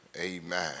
Amen